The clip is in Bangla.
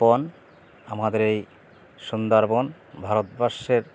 বন আমাদের এই সুন্দরবন ভারতবর্ষের